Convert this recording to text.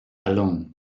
alone